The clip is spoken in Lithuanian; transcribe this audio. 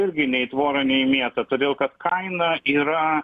irgi nei į tvorą nei į mietą todėl kad kaina yra